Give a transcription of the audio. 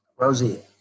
Rosie